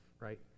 right